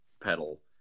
pedal